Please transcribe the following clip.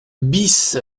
bis